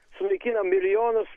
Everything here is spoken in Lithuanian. sunaikina milijonus